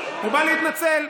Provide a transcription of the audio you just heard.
הוא בא להתנצל.